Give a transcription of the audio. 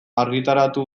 argitaratu